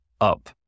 up